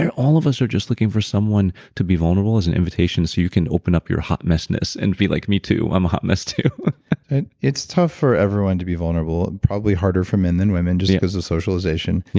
all of us are just looking for someone to be vulnerable as an invitation so you can open up your hot messiness and be like, me too. i'm a hot mess too and it's tough for everyone to be vulnerable and probably harder for men than women just because of socialization,